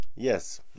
Yes